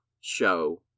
show